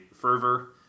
fervor